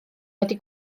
wedi